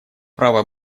право